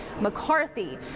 McCarthy